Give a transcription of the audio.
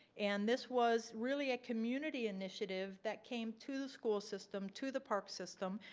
and this was really a community initiative that came to the school system to the park system.